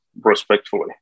respectfully